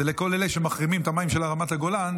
לכל אלה שמחרימים את המים של רמת הגולן,